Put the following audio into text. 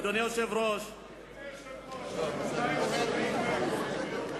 אדוני היושב-ראש, שרים קוראים קריאות ביניים?